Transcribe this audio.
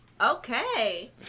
Okay